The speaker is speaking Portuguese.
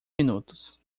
minutos